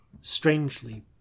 Strangely